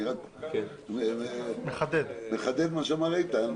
אני רק מחדד את מה שאיתן אמר,